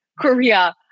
Korea